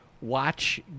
Watch